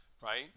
right